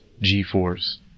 g-force